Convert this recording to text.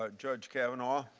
ah judge kavanaugh.